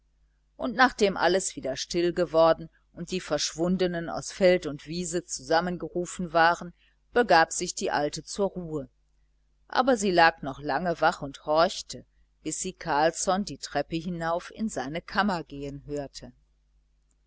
und nachdem alles wieder still geworden und die verschwundenen aus feld und wiese zusammengerufen waren begab sich die alte zur ruhe aber sie lag noch lange wach und horchte bis sie carlsson die treppe hinauf in seine kammer gehen hörte